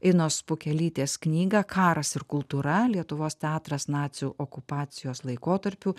inos pukelytės knygą karas ir kultūra lietuvos teatras nacių okupacijos laikotarpiu